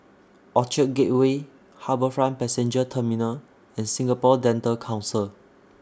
Orchard Gateway HarbourFront Passenger Terminal and Singapore Dental Council